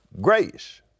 grace